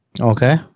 Okay